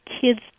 kids